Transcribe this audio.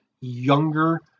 younger